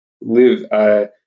live